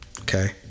okay